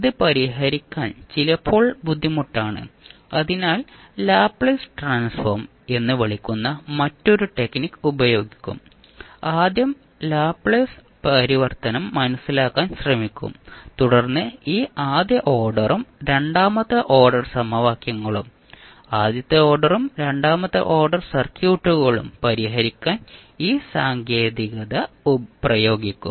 ഇത് പരിഹരിക്കാൻ ചിലപ്പോൾ ബുദ്ധിമുട്ടാണ് അതിനാൽ ലാപ്ലേസ് ട്രാൻസ്ഫോം എന്ന് വിളിക്കുന്ന മറ്റൊരു ടെക്നിക് ഉപയോഗിക്കും ആദ്യം ലാപ്ലേസ് പരിവർത്തനം മനസിലാക്കാൻ ശ്രമിക്കും തുടർന്ന് ഈ ആദ്യ ഓർഡറും രണ്ടാമത്തെ ഓർഡർ സമവാക്യങ്ങളും ആദ്യത്തെ ഓർഡറും രണ്ടാമത്തെ ഓർഡർ സർക്യൂട്ടുകളും പരിഹരിക്കാൻ ഈ സാങ്കേതികത പ്രയോഗിക്കും